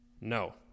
no